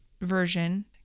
version